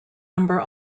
number